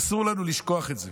אסור לנו לשכוח את זה.